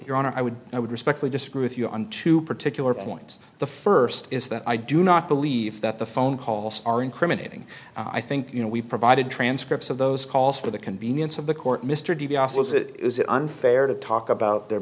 your honor i would i would respectfully disagree with you on two particular points the first is that i do not believe that the phone calls are incriminating i think you know we've provided transcripts of those calls for the convenience of the court mr di biase is it unfair to talk about there